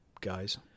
guys